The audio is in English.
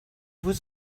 was